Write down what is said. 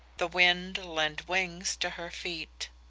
the wind lend wings to her feet.